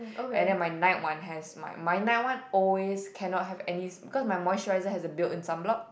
and then my night one has my my night one always cannot have any cause my moisturiser has a built in sunblock